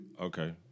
Okay